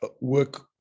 work